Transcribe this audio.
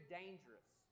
dangerous